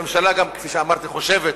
הממשלה, כפי שאמרתי, גם חושבת